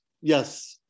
yes